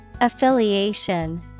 Affiliation